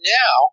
now